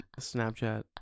Snapchat